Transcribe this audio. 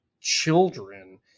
children